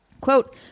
Quote